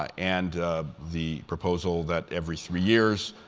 and the proposal that every three years,